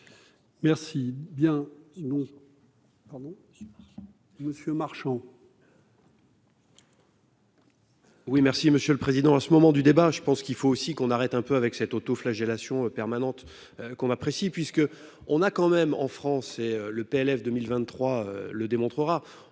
pardon Monsieur Marchand. Oui, merci Monsieur le Président, en ce moment du débat, je pense qu'il faut aussi qu'on arrête un peu avec cette auto-flagellation permanente qu'on apprécie puisque on a quand même en France, c'est le PLF 2023 le démontrera,